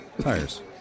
tires